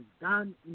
done